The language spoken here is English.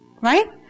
Right